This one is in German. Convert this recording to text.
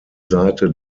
seite